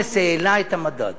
ג'ומס העלה את המדד